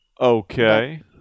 Okay